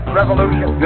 revolution